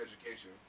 education